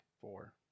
Four